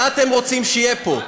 מה אתם רוצים שיהיה פה,